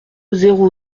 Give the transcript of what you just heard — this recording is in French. zéro